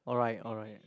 alright alright